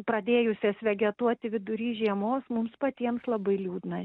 pradėjusias vegetuoti vidury žiemos mums patiems labai liūdna